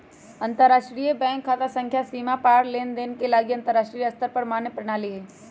अंतरराष्ट्रीय बैंक खता संख्या सीमा पार लेनदेन के लागी अंतरराष्ट्रीय स्तर पर मान्य प्रणाली हइ